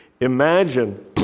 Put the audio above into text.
Imagine